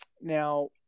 Now